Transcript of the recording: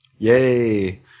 Yay